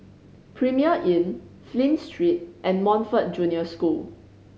Premier Inn Flint Street and Montfort Junior School